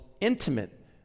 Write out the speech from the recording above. intimate